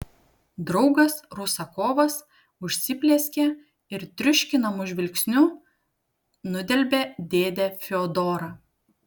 draugas rusakovas užsiplieskė ir triuškinamu žvilgsniu nudelbė dėdę fiodorą